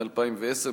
התש"ע 2010,